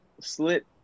slit